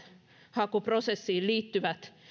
hakuprosessiin liittyvät